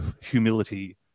humility